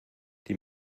die